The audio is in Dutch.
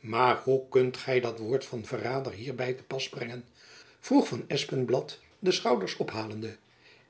maar hoe kunt gy dat woord van verrader hierby te pas brengen vroeg van espenblad de schouders ophalende